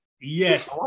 Yes